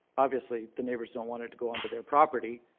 obviously the neighbors don't want it to go onto their property,